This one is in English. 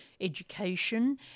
education